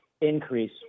increase